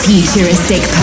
Futuristic